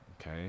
okay